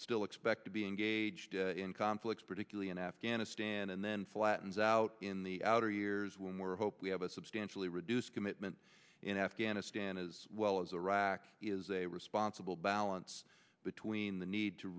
still expect to be engaged in conflicts particularly in afghanistan and then flattens out in the outer years when we're hope we have a substantially reduced commitment in afghanistan as well as iraq is a responsible balance between the need to